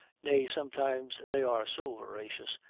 nay, sometimes they are so voracious,